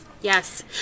Yes